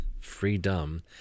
Freedom